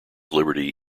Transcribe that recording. liberty